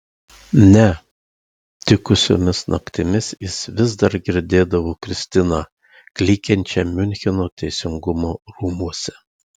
ne tikusiomis naktimis jis vis dar girdėdavo kristiną klykiančią miuncheno teisingumo rūmuose